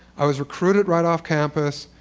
i was recruited right off campus.